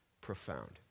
Profound